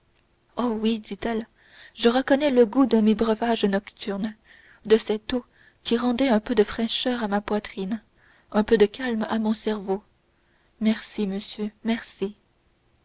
oh oui dit-elle je reconnais le goût de mes breuvages nocturnes de cette eau qui rendait un peu de fraîcheur à ma poitrine un peu de calme à mon cerveau merci monsieur merci